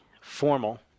formal